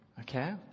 Okay